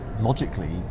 logically